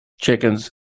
chickens